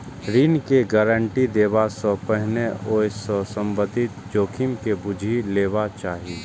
ऋण के गारंटी देबा सं पहिने ओइ सं संबंधित जोखिम के बूझि लेबाक चाही